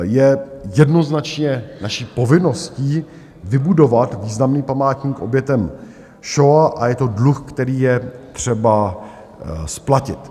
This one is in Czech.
Je jednoznačně naší povinností vybudovat významný památník obětem šoa a je to dluh, který je třeba splatit.